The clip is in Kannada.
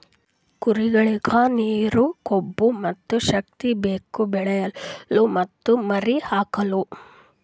ಕುರಿಗೊಳಿಗ್ ನೀರ, ಕೊಬ್ಬ ಮತ್ತ್ ಶಕ್ತಿ ಬೇಕು ಬೆಳಿಲುಕ್ ಮತ್ತ್ ಮರಿ ಹಾಕಲುಕ್